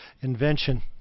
invention